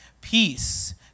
peace